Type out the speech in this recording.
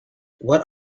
what